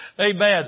Amen